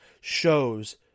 shows